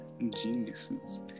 geniuses